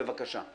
בבקשה.